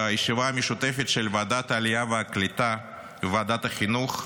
בישיבה המשותפת של ועדת העלייה והקליטה וועדת החינוך,